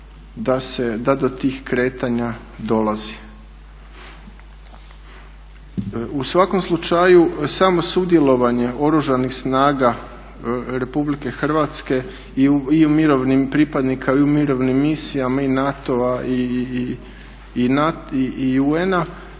da do tih kretanja dolazi. U svakom slučaju samo sudjelovanje Oružanih snaga RH i mirovnih pripadnika u mirovnim misijama i NATO-a i UN-a